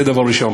זה דבר ראשון.